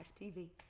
TV